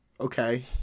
Okay